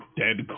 dead